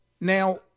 Now